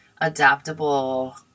adaptable